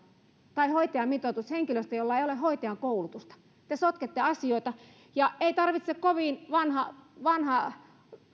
tai hoitajamitoitus henkilöstä jolla ei ole hoitajan koulutusta te sotkette asioita ei tarvitse kovin vanha vanha